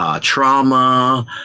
trauma